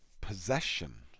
Possession